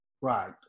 Right